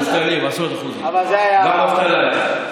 אבל זה היה, עשרות אחוזים.